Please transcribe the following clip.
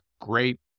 great